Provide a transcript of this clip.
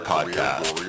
Podcast